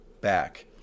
back